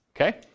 Okay